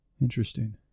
Interesting